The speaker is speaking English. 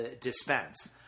Dispense